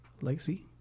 Legacy